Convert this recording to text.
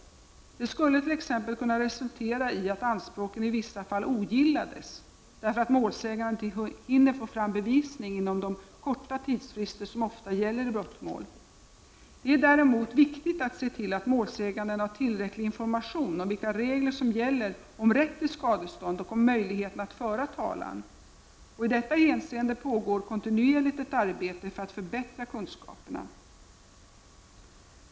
Detta skulle t.ex. kunna resultera i att anspråket i vissa fall ogillades, därför att målsäganden inte hinner får fram bevisning inom de korta tidsfrister som ofta gäller i brottmål. Det är däremot viktigt att se till att målsäganden har tillräcklig information om vilka regler som gäller om rätt till skadestånd och om möjligheterna att föra talan. I detta hänseende pågår kontinuerligt ett arbete för att förbättra kunskaperna.